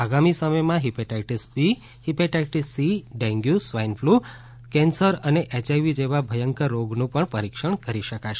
આગામી સમયમાં hepatitis B hepatitis C dengue swine flu અને કેન્સર તથા એચઆઈવી જેવા ભયંકર રોગનું પણ પરીક્ષણ કરી શકાશે